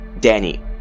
Danny